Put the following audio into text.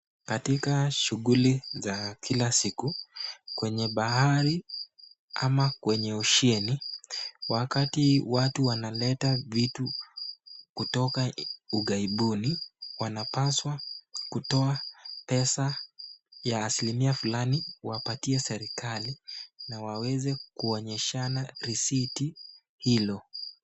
Katika shughuli za kila siku kwenye bahari ama kwenye usheni, wakati watu wanaleta vitu kutoka ughàibuni, wanapaswa kutoa pesa ya asilimia fulani wapatie serikali na waweze kuonyeshana risiti hilo.